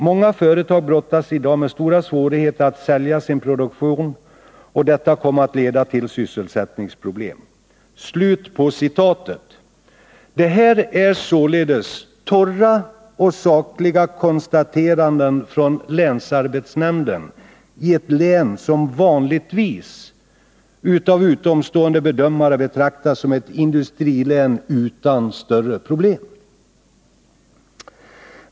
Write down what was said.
Många företag brottas idag med stora svårigheter att sälja sina produkter och detta kommer att leda till sysselsättningsproblem.” Det här är således torra och sakliga konstateranden från länsarbetsnämnden i ett län som vanligtvis av utomstående bedömare betraktas som ett industrilän utan större problem.